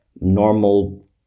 normal